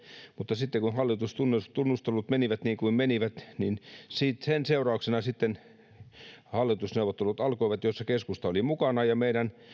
mutta kun hallitustunnustelut menivät niin kuin menivät sen seurauksena sitten alkoivat hallitusneuvottelut joissa keskusta oli mukana ja meidän